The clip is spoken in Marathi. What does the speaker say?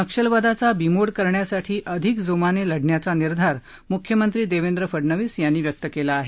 नक्षलवादाचा बीमोड करण्यासाठी अधिक जोमाने लढण्याचा निर्धार मुख्यमंत्री देवेंद्र फडणवीस यांनी व्यक्त केलं आहे